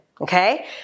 okay